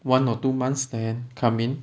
one or two months then come in